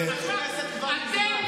אז תגיש תלונה.